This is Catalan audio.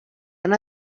una